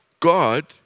God